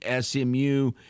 SMU